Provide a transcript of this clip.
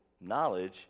knowledge